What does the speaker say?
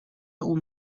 اون